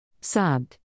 Sobbed